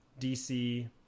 DC